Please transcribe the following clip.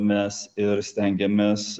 mes ir stengiamės